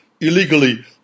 illegally